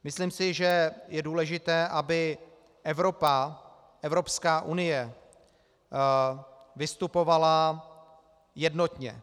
Myslím si, že je důležité, aby Evropa, Evropská unie vystupovala jednotně.